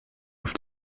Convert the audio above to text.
auf